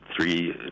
three